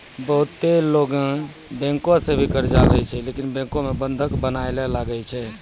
बहुते लोगै बैंको सं भी कर्जा लेय छै लेकिन बैंको मे बंधक बनया ले लागै छै